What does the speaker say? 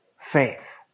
faith